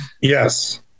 Yes